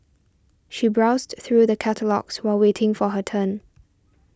she browsed through the catalogues while waiting for her turn